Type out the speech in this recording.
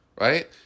right